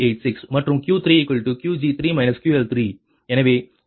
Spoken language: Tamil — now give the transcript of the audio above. மற்றும் Q3 Qg3 QL3 எனவே 0 0